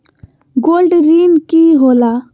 Gold ऋण की होला?